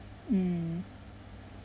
mm